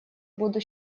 буду